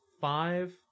five